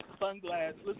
sunglasses